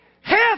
Half